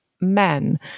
men